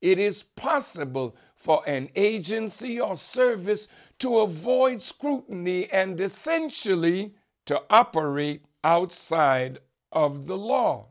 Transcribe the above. it is possible for an agency or service to avoid scrutiny and essentially to operate outside of the law